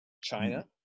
china